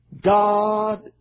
God